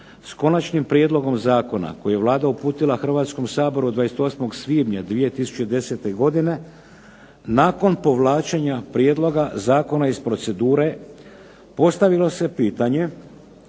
s Konačnim prijedlogom zakona koji je Vlada uputila Hrvatskom saboru od 28. svibnja 2010. godine nakon povlačenja prijedloga zakona iz procedure postavilo se pitanje